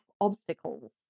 obstacles